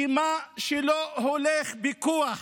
שמה שלא הולך בכוח